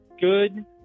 good